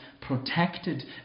protected